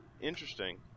interesting